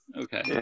Okay